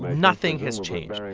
nothing has changed.